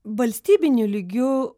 valstybiniu lygiu